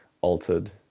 altered